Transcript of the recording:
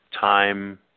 time